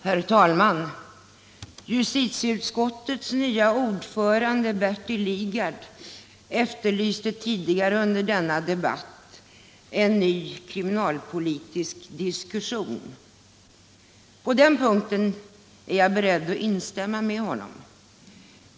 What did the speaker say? Herr talman! Justitieutskottets nye ordförande Bertil Lidgard efterlyste tidigare i denna debatt en ny kriminalpolitisk diskussion. På den punkten är jag beredd att instämma med honom.